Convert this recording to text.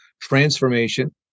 Transformation